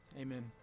Amen